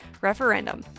referendum